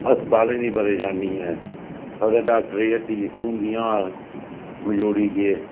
अस्पतालें दी परेशानी ऐ खबरै डाक्टरै दी हट्टी हून जियां अस मजोड़ी गे